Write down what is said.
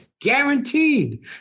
guaranteed